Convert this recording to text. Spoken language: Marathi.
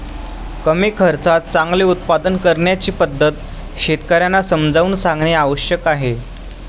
कमी खर्चात चांगले उत्पादन करण्याची पद्धत शेतकर्यांना समजावून सांगणे आवश्यक आहे